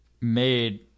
made